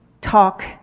talk